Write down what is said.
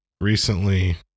recently